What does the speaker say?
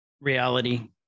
reality